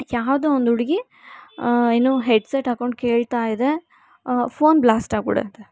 ಯಾವುದೋ ಒಂದುಡುಗಿ ಏನು ಹೆಡ್ ಸೆಟ್ ಹಾಕ್ಕೊಂಡು ಕೇಳ್ತಾಯಿದೆ ಫೋನ್ ಬ್ಲಾಸ್ಟಾಗ್ಬಿಡುತ್ತೆ